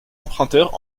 emprunteurs